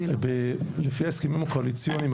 לפי ההסכמים הקואליציוניים,